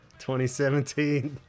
2017